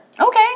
Okay